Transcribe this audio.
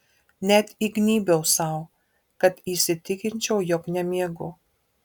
net įgnybiau sau kad įsitikinčiau jog nemiegu